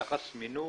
יחס מינוף,